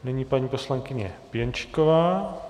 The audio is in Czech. Nyní paní poslankyně Pěnčíková.